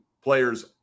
players